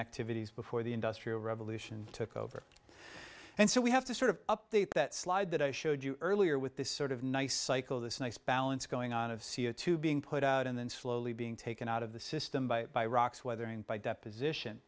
activities before the industrial revolution took over and so we have to sort of update that slide that i showed you earlier with this sort of nice cycle this nice balance going on of c o two being put out and then slowly being taken out of the system by by rocks weathering by deposition